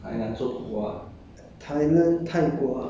ya w~ at thailand